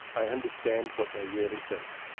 i understand what they really think.